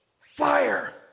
fire